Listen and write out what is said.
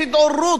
יש התעוררות,